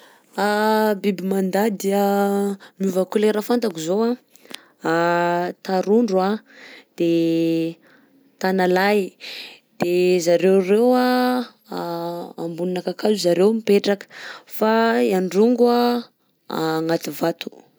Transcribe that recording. Biby mandady miova couleur fantako zao anh: tarondro de tanalahy, de zareo anh amboninà kakazo zareo ireo mipetraka fa i androngo anh agnaty vato.